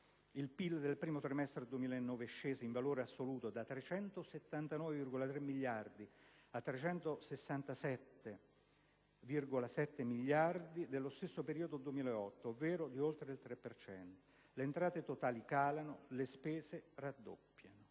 il PIL del primo trimestre 2009 è sceso, in valore assoluto, da 379,3 miliardi a 367,7 miliardi dello stesso periodo del 2008, ovvero di oltre il 3 per cento; le entrate totali calano, le spese raddoppiano.